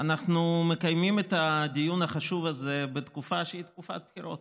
אנחנו מקיימים את הדיון החשוב הזה בתקופת בחירות,